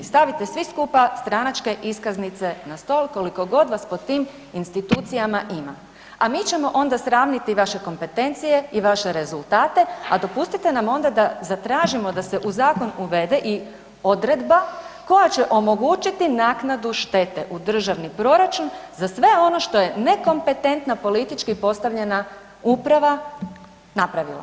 Stavite svi skupa stranačke iskaznice na stol koliko god vas pod tim institucijama ima a mi ćemo onda sravniti vaše kompetencije i vaše rezultate a dopustite nam onda da zatražimo da se u zakon uvede i odredba koja će omogućiti naknadu štete u državni proračun za sve ono što je nekompetentna politički postavljena uprava napravila.